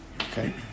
Okay